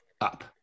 up